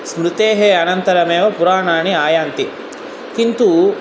स्मृतेः अनन्तरमेव पुराणानि आयान्ति किन्तु